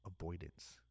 avoidance